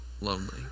lonely